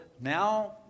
now